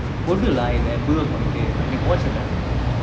கொடு லா புது:kodu laa puthu watch வாங்கிட்டு எனக்கு:vanggittu enakku watch இல்ல:illa